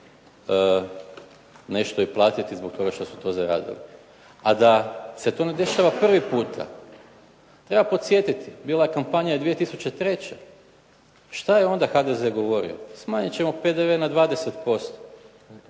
nešto i platiti zbog toga što su to zaradili. A da se to ne dešava prvi puta treba podsjetiti, bila ja kampanja i 2003. Šta je onda HDZ govorio? Smanjit ćemo PDV na 20%.